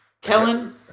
Kellen